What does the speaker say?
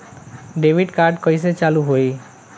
Debit card कइसे चालू होई?